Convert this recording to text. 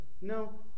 no